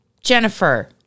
Jennifer